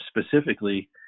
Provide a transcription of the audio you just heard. specifically